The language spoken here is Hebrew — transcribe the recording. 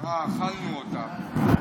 אכלנו אותה.